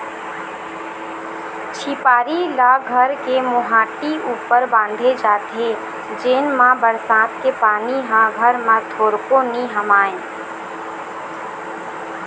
झिपारी ल घर के मोहाटी ऊपर बांधे जाथे जेन मा बरसात के पानी ह घर म थोरको नी हमाय